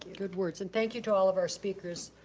good words. and thank you to all of our speakers,